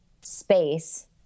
space